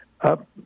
up